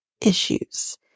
issues